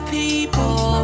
people